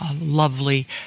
lovely